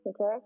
Okay